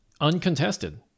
uncontested